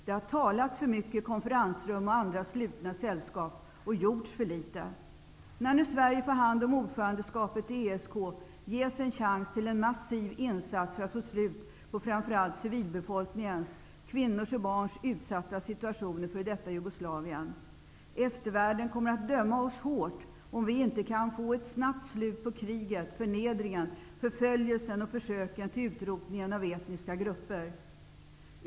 Det har talats för mycket i konferensrum och slutna sällskap och gjorts för litet. När nu Sverige får hand om ordförandeskapet i ESK ges en chans till en massiv insats för att få slut på framför allt civilbefolkningens, kvinnors och barns, utsatta situation i f.d. Jugoslavien. Eftervärlden kommer att döma oss hårt, om vi inte kan få ett snabbt slut på kriget, förnedringen, förföljelsen och försöken till utrotning av etniska grupper.